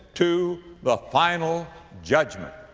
to the final judgment,